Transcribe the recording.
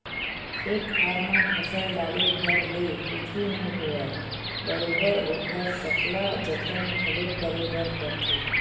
खेत खार म फसल डाले भर ले कुछु नइ होवय बरोबर ओखर सकला जतन घलो करे बर परथे